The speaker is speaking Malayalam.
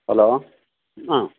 ഹലോ ആ